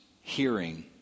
hearing